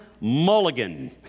mulligan